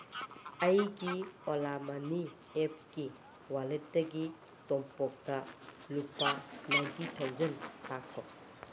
ꯑꯩꯒꯤ ꯑꯣꯂꯥ ꯃꯅꯤ ꯑꯦꯞꯀꯤ ꯋꯥꯂꯦꯠꯇꯒꯤ ꯇꯣꯝꯄꯣꯛꯇ ꯂꯨꯄꯥ ꯅꯥꯏꯟꯇꯤ ꯊꯥꯎꯖꯟ ꯊꯥꯈꯣ